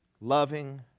loving